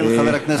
של חבר הכנסת,